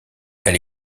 elle